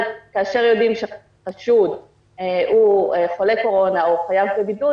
כאשר יודעים שחשוד הוא חולה קורונה או חייב בבידוד